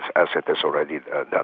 as it is already done.